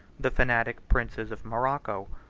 the fanatic princes of morocco,